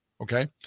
Okay